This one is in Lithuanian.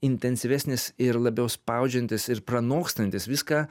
intensyvesnis ir labiau spaudžiantis ir pranokstantis viską